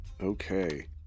Okay